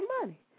money